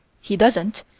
he doesn't,